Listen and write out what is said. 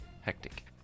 Hectic